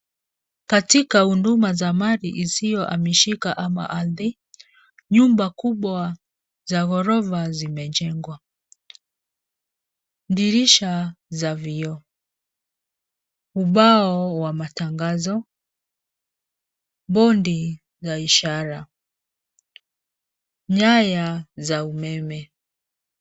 Katika huduma za mali isiyohamishika ama ardhi, nyumba kubwa za gorofa zimejengwa. Dirisha za vioo, ubao wa matangazo, bodi la ishara, nyaya za umeme.